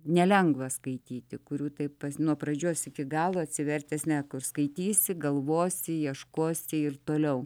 nelengva skaityti kurių taip nuo pradžios iki galo atsivertęs ne kur skaitysi galvosi ieškosi ir toliau